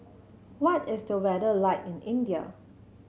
what is the weather like in India